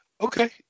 Okay